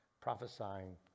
prophesying